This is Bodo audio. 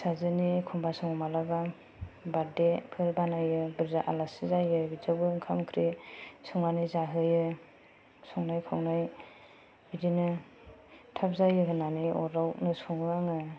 फिसाजोनि एखम्बा समाव माब्लाबा बार्डेफोर बानायो बुरजा आलासि जायो बिदियावबो ओंखाम ओंख्रि संनानै जाहोयो संनाय खावनाय बिदिनो थाब जायो होननानै अरावनो सङो आङो